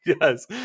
Yes